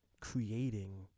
creating